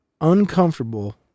uncomfortable